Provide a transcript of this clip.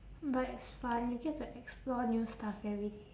but it's fun you get to explore new stuff everyday